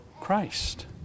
Christ